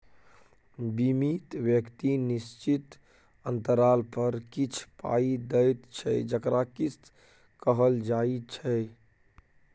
बीमित व्यक्ति निश्चित अंतराल पर किछ पाइ दैत छै जकरा किस्त कहल जाइ छै